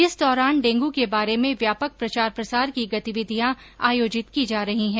इस दौरान डेंगू के बारे में व्यापक प्रचार प्रसार की गतिविधियां आयोजित की जा रही है